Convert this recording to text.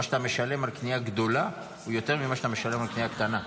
מה שאתה משלם על קנייה גדולה הוא יותר ממה שאתה משלם על קנייה קטנה.